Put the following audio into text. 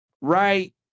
right